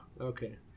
okay